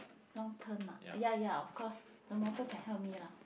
long term ah ya ya of course the motto can help me lah